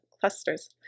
clusters